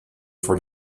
for